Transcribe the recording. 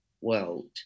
world